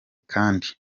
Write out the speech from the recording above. kandi